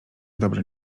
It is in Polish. dobre